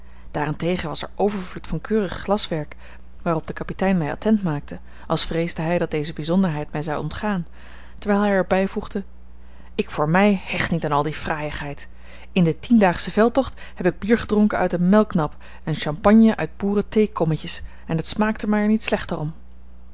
daarentegen was er overvloed van keurig glaswerk waarop de kapitein mij attent maakte als vreesde hij dat deze bijzonderheid mij zou ontgaan terwijl hij er bijvoegde ik voor mij hecht niet aan al die fraaiigheid in den tiendaagschen veldtocht heb ik bier gedronken uit een melknap en champagne uit boeren theekommetjes en het smaakte er mij niet slechter om